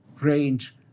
range